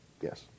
yes